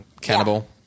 Cannibal